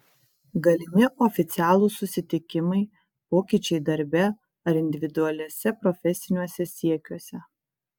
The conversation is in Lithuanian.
galimi oficialūs susitikimai pokyčiai darbe ar individualiuose profesiniuose siekiuose